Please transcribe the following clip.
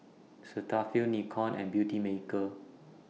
Cetaphil Nikon and Beautymaker